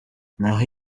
naho